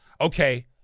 okay